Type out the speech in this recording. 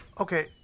Okay